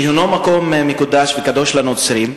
שהינו מקום מקודש וקדוש לנוצרים.